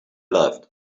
loved